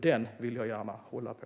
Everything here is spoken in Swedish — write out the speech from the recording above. Den vill jag gärna hålla på.